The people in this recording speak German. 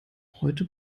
heute